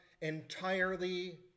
entirely